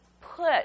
put